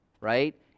Right